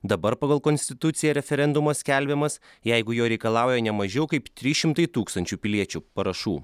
dabar pagal konstituciją referendumas skelbiamas jeigu jo reikalauja ne mažiau kaip trys šimtai tūkstančių piliečių parašų